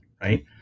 right